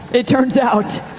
it turns out.